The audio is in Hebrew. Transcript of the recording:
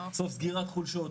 סוף סגירת חולשות,